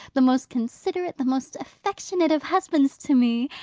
the most considerate, the most affectionate of husbands to me.